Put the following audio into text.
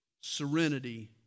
serenity